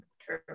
true